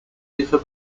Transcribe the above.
differ